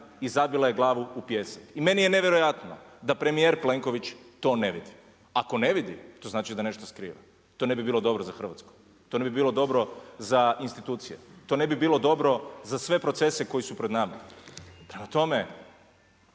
i zabila je glavu u pijesak. I meni je nevjerojatno da premijer Plenković to ne vidi. Ako ne vidi, to znači da nešto skriva. To ne bi bilo dobro za Hrvatsku, to ne bi bilo dobro za institucije, to ne bi bilo dobro za sve procese koji su pred nama. Prema tome,